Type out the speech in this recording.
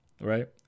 right